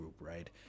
right